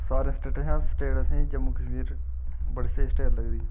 सारें स्टेटें शा स्टेट असेंगी जम्मू कश्मीर च बड़ी स्हेई स्टेट लगदी